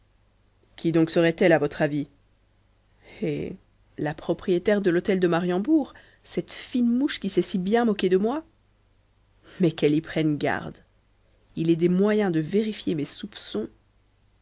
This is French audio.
qui donc serait-elle à votre avis eh la propriétaire de l'hôtel de mariembourg cette fine mouche qui s'est si bien moquée de moi mais qu'elle y prenne garde il est des moyens de vérifier mes soupçons